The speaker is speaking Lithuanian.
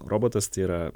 robotas tai yra